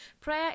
Prayer